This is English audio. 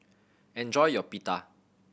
enjoy your Pita